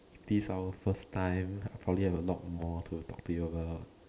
if this is our first time I'll probably have a lot more to talk to you about